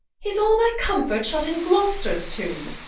is all thy comfort shut in glosters tombe?